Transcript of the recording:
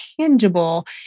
tangible